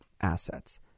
assets